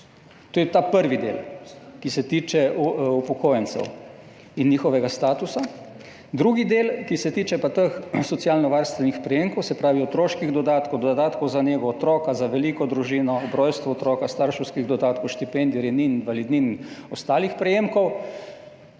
To je ta prvi del, ki se tiče upokojencev in njihovega statusa. Drugi del, ki se pa tiče teh socialnovarstvenih prejemkov, se pravi otroških dodatkov, dodatkov za nego otroka, za veliko družino, ob rojstvu otroka, starševskih dodatkov, štipendij, rejnin, invalidnin in ostalih prejemkov,